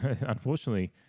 unfortunately